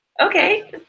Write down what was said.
Okay